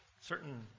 certain